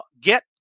Get